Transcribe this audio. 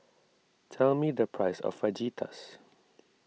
tell me the price of Fajitas